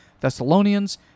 Thessalonians